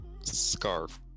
scarf